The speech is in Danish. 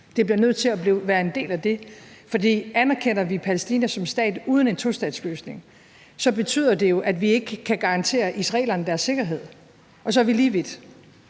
Det bliver nødt til at være en del af det. For anerkender vi Palæstina som stat uden en tostatsløsning, betyder det jo, at vi ikke kan garantere israelerne deres sikkerhed, og så er vi lige vidt.